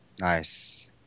Nice